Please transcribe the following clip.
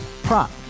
Prop